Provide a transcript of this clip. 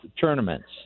tournaments